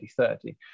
2030